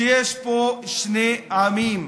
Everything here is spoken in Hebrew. שיש פה שני עמים.